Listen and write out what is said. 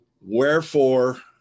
Wherefore